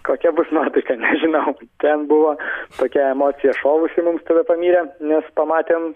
kokia bus nuotaika nežinau ten buvo tokia emocija šovusi mums tada pamyre nes pamatėm